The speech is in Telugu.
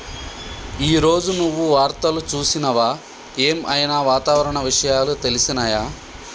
ఈ రోజు నువ్వు వార్తలు చూసినవా? ఏం ఐనా వాతావరణ విషయాలు తెలిసినయా?